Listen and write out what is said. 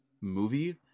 movie